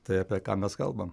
tai apie ką mes kalbam